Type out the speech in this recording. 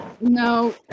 No